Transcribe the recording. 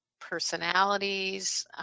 personalities